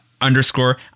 underscore